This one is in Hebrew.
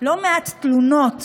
לא מעט תלונות